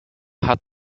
hat